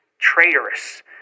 traitorous